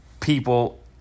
people